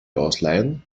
ausleihen